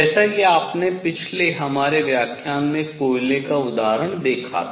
जैसा कि आपने पिछले हमारे व्याख्यान में कोयले का उदाहरण देखा था